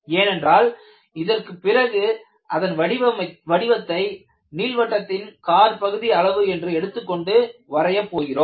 ஏனென்றால் இதற்கு பிறகு அதன் வடிவத்தை நீள்வட்டத்தின் காற்பகுதி அளவு என்று எடுத்துக் கொண்டு வரைய போகிறோம்